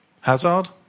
Hazard